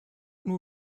nur